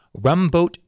Rumboat